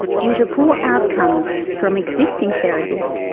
due to poor outcomes from existing therapies,